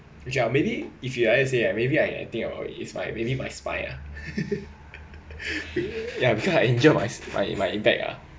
which ah maybe if you are let's say ah maybe I think about it's my maybe my spine lah ya because I injured my spi~ my my back lah